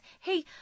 hey